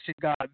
God